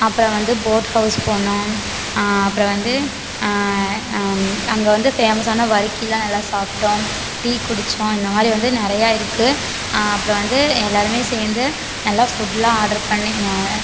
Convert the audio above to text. அப்புறம் வந்து boat house போனோம் அப்புறம் வந்து அங்கே வந்து ஃபேமஸ்ஸான வறுக்கியெலாம் நல்லா சாப்பிட்டோம் டீ குடித்தோம் இந்த மாதிரி வந்து நிறையா இருக்குது அப்புறம் வந்து எல்லாேருமே சேர்ந்து நல்லா ஃபுட்டெலாம் ஆட்ரு பண்ணி